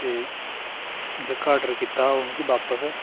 ते जेह्का ऑर्डर कीते दा ओह् मिगी बापस